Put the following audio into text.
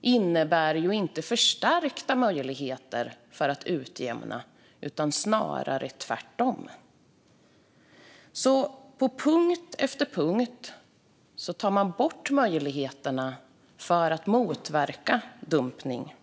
innebär inte förstärkta möjligheter för att utjämna utan snarare tvärtom. Så på punkt efter punkt tar man bort möjligheterna att motverka dumpning.